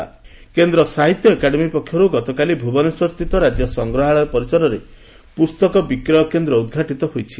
କେନ୍ ସାହିତ୍ୟ ଏକାଡେମୀ କେନ୍ଦ୍ର ସାହିତ୍ୟ ଏକାଡେମୀ ପକ୍ଷରୁ ଗତକାଲି ଭୁବନେଶ୍ୱରସ୍ଥିତ ରାକ୍ୟ ସଂଗ୍ରହାଳୟ ପରିସରରେ ପୁସ୍ତକ ବିକ୍ରୟ କେନ୍ଦ୍ ଉଦ୍ଘାଟିତ ହୋଇଛି